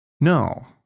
no